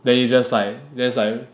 then you just like there's like